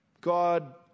God